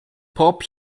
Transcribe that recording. pop